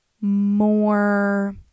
more